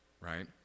right